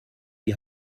die